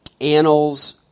annals